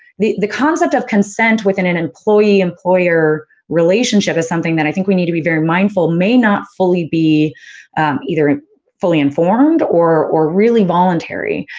the the concept of consent within an employee employer relationship is something that i think we need to be very mindful may not fully be fully-informed, or or really voluntary.